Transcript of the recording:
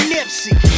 Nipsey